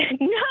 No